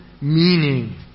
meaning